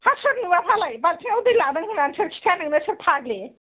हा सोर नुवा फालाय बालथिंयाव दै लादों होननानै सोर खिथाया नोंनो सोर फाग्लि